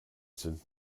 sind